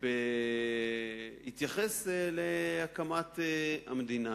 אסון, בהתייחס להקמת המדינה.